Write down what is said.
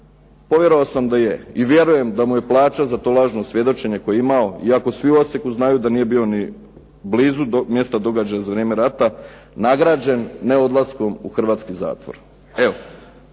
povjerovao sam da je i vjerujem da mu je plaća za to lažno svjedočenje koje je imao iako svi u odsjeku znaju da nije bio ni blizu mjesta događaja za vrijeme rata nagrađen neodlaskom u hrvatski zatvor.